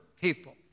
people